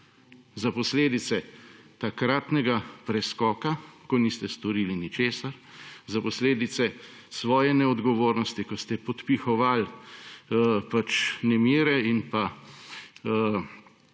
Za posledice takratnega preskoka, ko niste storili ničesar, za posledice svoje neodgovornosti, ko ste podpihovali pač nemire in